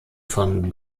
von